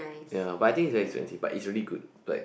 ya but I think it's very expensive but it's really good like